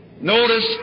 Notice